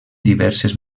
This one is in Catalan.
diverses